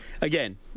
Again